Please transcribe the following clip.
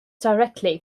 directly